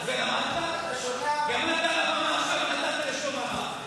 עכשיו על הבמה אמרת לשון הרע?